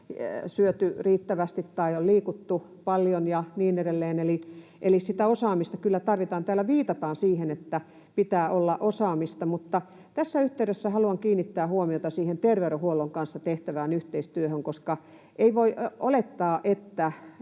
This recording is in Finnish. syöty riittävästi tai on liikuttu paljon ja niin edelleen, eli sitä osaamista kyllä tarvitaan. Täällä viitataan siihen, että pitää olla osaamista, mutta tässä yhteydessä haluan kiinnittää huomiota terveydenhuollon kanssa tehtävään yhteistyöhön, koska ei voi olettaa, että